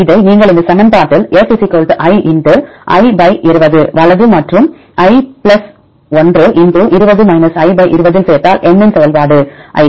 இதை நீங்கள் இந்த சமன்பாட்டில் F i i 20 வலது மற்றும் i 1 20 இல் சேர்த்தால் n இன் செயல்பாடு i